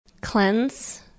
Cleanse